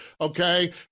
okay